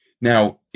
Now